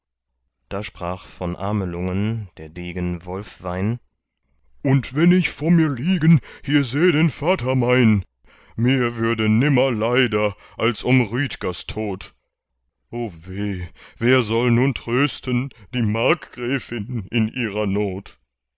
da sprach von amelungen der degen wolfwein und wenn ich vor mir liegen hier säh den vater mein mir würde nimmer leider als um rüdgers tod o weh wer soll nun trösten die markgräfin in ihrer not